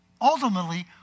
ultimately